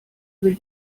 will